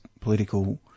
political